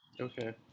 okay